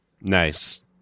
Nice